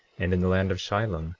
and in the land of shilom,